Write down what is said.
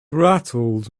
rattled